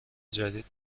جدید